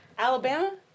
Alabama